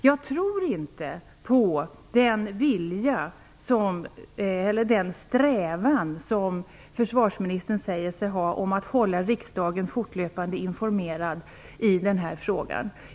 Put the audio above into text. Jag tror inte på den strävan som försvarsministern säger sig ha om att hålla riksdagen fortlöpande informerad i den här frågan.